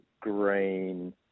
green